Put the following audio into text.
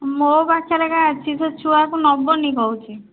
ମୋ ପାଖରେ ଏକା ଅଛି ସେ ଛୁଆକୁ ନେବନି କହୁଛି